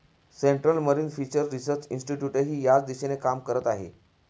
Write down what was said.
central marine fisheries research इन्स्टिट्यूटही याच दिशेने काम करत आहे